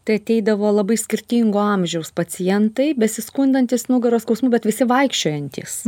tai ateidavo labai skirtingo amžiaus pacientai besiskundantys nugaros skausmu bet visi vaikščiojantys